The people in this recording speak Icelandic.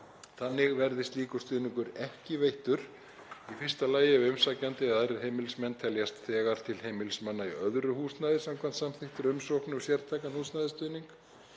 Þannig verði slíkur stuðningur ekki veittur í fyrsta lagi ef umsækjandi eða aðrir heimilismenn teljast þegar til heimilismanna í öðru húsnæði samkvæmt samþykktri umsókn um sértækan húsnæðisstuðning.